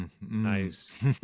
Nice